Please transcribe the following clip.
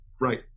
Right